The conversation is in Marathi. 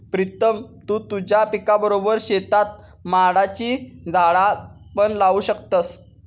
प्रीतम तु तुझ्या पिकाबरोबर शेतात माडाची झाडा पण लावू शकतस